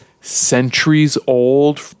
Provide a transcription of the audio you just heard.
centuries-old